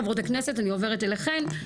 חברות הכנסת אני עוברת אליכן,